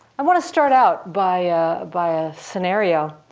i want to start out by by a scenario.